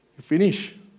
finish